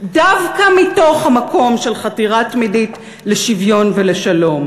דווקא מתוך המקום של חתירה תמידית לשוויון ולשלום,